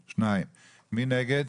2. מי נגד?